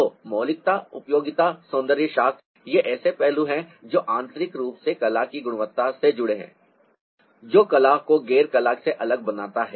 तो मौलिकता उपयोगिता सौंदर्यशास्त्र ये ऐसे पहलू हैं जो आंतरिक रूप से कला की गुणवत्ता से जुड़े हैं जो कला को गैर कला से अलग बनाता है